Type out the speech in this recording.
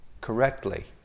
correctly